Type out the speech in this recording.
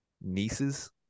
nieces